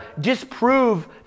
disprove